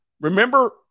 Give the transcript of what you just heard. Remember